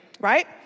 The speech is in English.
Right